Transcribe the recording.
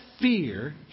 fear